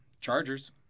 Chargers